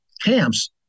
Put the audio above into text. camps